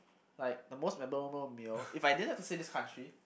like the most memorable meal if I didn't have to say this country